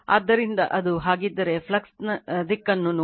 ಆದ್ದರಿಂದ ಅದು ಹಾಗಿದ್ದರೆ ಫ್ಲಕ್ಸ್ ದಿಕ್ಕನ್ನು ನೋಡಿ